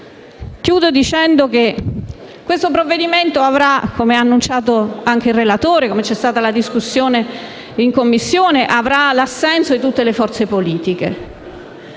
Concludo dicendo che questo provvedimento avrà - come ha annunciato anche il relatore e come ha dimostrato la discussione in Commissione - l'assenso di tutte le forze politiche.